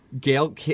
Gail